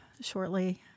shortly